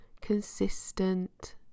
consistent